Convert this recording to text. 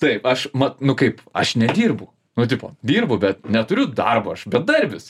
tai aš mat nu kaip aš nedirbu nu tipo dirbu bet neturiu darbo aš bedarbis